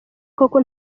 koko